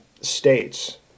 states